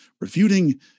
refuting